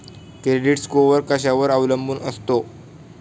Credit score कशावर अवलंबून असतो?